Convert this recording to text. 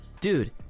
dude